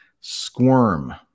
squirm